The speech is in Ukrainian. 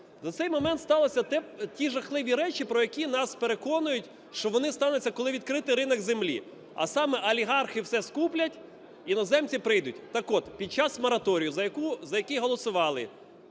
За цей момент сталися ті жахливі речі, про які нас переконують, що вони стануться, коли відкрити ринок землі, а саме олігархи все скуплять, іноземці прийдуть. Так от, під час мораторію, за який голосували